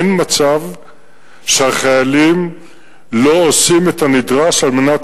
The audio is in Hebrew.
אין מצב שהחיילים לא עושים את הנדרש על מנת